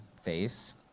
face